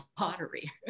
lottery